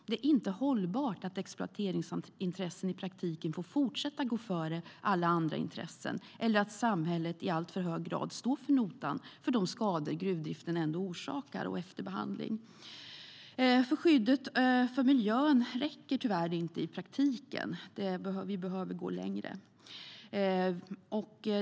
Det är inte hållbart att exploateringsintressen i praktiken får fortsätta att gå före alla andra intressen eller att samhället i alltför hög grad står för notan för de skador som gruvdriften ändå orsakar och efterbehandling. Skyddet för miljön räcker tyvärr inte i praktiken. Vi behöver gå längre.